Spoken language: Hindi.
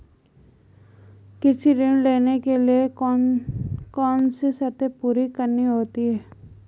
कृषि ऋण लेने के लिए कौन कौन सी शर्तें पूरी करनी होती हैं?